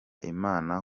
imana